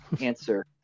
answer